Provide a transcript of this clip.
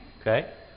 Okay